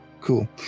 cool